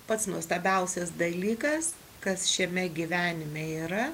pats nuostabiausias dalykas kas šiame gyvenime yra